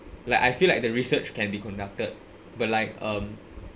like I feel like the research can be conducted but like um